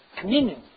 Communion